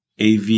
AV